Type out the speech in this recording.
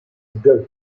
goat